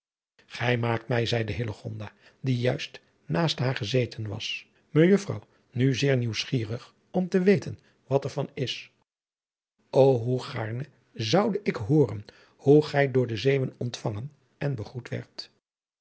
gij maakt mij zeide hillegonda die juist adriaan loosjes pzn het leven van hillegonda buisman naast haar gezeten was mejuffrouw nu zeer nieuwsgierig om te weten wat er van is ô hoe gaarne zoude ik hooren hoe gij door de zeeuwen ontvangen en begroet werdt